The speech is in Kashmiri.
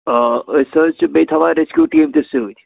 اۭں أسۍ حظ چھِ بیٚیہِ تھاوان رٮ۪سکیوٗ ٹیٖم تہِ سۭتۍ